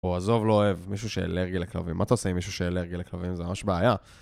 או עזוב, לא אוהב, מישהו שאלרגי לכלבים. מה אתה עושה עם מישהו שאלרגי לכלבים? זה ממש בעיה.